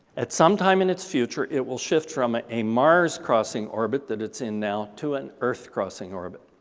at sometime in its future it will shift from ah a mars-crossing orbit that it's in now to an earth-crossing orbit.